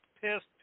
pissed